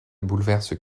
bouleverse